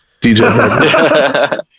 DJ